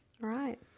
right